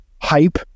hype